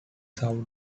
south